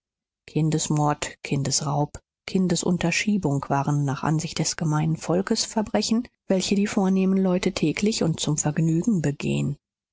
kindesmord kindesraub kindesunterschiebung waren nach ansicht des gemeinen volks verbrechen welche die vornehmen leute täglich und zum vergnügen begehen